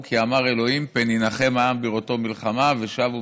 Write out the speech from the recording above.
כי אמר ה פן יִנחם העם בראֹתם מלחמה ושבו